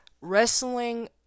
wrestling